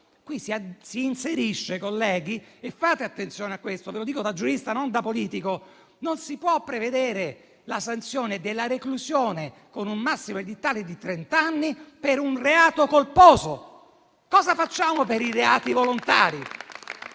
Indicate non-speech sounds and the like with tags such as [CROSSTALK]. com'è ovvio. Colleghi, fate attenzione a questo, ve lo dico da giurista, non da politico: non si può prevedere la sanzione della reclusione, con un massimo edittale di trent'anni, per un reato colposo. [APPLAUSE] Cosa facciamo per i reati volontari?